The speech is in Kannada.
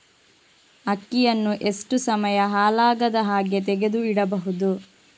ಅಕ್ಕಿಯನ್ನು ಎಷ್ಟು ಸಮಯ ಹಾಳಾಗದಹಾಗೆ ತೆಗೆದು ಇಡಬಹುದು?